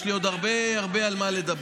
יש לי עוד הרבה הרבה על מה לדבר.